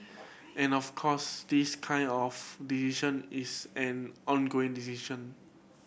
and of course this kind of it's an ongoing